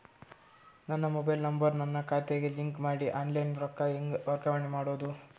ನನ್ನ mobile number ನನ್ನ ಖಾತೆಗೆ ಲಿಂಕ್ ಮಾಡಿ ಆನ್ಲೈನ್ ರೊಕ್ಕ ಹೆಂಗ ವರ್ಗಾವಣೆ ಮಾಡೋದು?